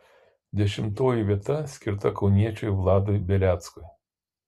dešimtoji vieta skirta kauniečiui vladui beleckui